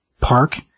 park